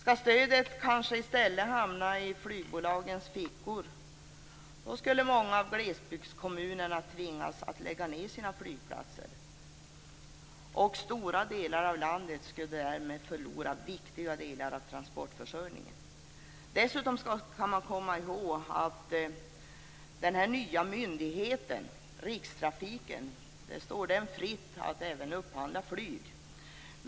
Om stödet i stället hamnade i flygbolagens fickor skulle många glesbygdskommuner tvingas att lägga ned sina flygplatser, och stora delar av landet skulle därmed förlora viktiga delar av sin transportförsörjning. Dessutom skall man komma ihåg att det står den nya myndigheten för rikstrafikfrågor - rikstrafiken - fritt att upphandla även flygtrafik.